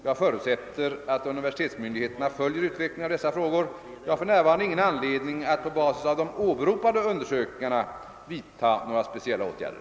Jag förutsätter att universitetsmyndigheterna följer utvecklingen av dessa frågor. Jag har för närvarande ingen anledning att på basis av de åberopade undersökningarna vidta några speciella åtgärder.